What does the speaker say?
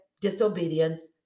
disobedience